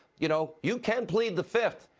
you know you can plead the fifth,